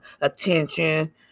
attention